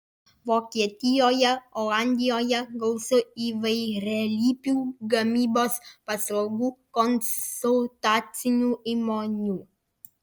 vokietijoje olandijoje gausu įvairialypių gamybos paslaugų konsultacinių įmonių